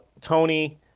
Tony